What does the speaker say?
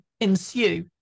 ensue